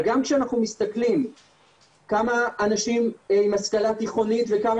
וגם כשאנחנו מסתכלים כמה אנשים עם השכלה תיכונית וכמה